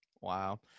Wow